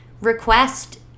request